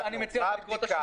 אני מציע לך לקרוא את השימוע,